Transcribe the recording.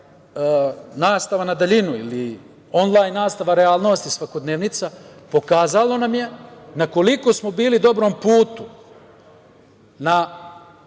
nastava na daljinu ili onlajn nastava realnost i svakodnevnica pokazalo nam je na koliko smo bili dobrom putu,